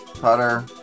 Putter